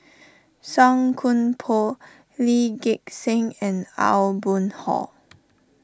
Song Koon Poh Lee Gek Seng and Aw Boon Haw